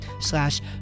slash